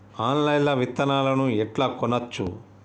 Online లా విత్తనాలను ఎట్లా కొనచ్చు?